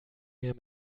mehr